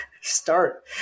start